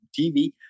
TV